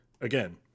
Again